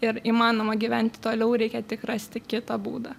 ir įmanoma gyvent toliau reikia tik rasti kitą būdą